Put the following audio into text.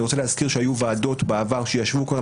אני רוצה להזכיר שהיו ועדות בעבר שכבר ישבו על